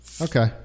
Okay